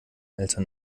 eltern